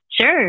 Sure